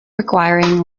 requiring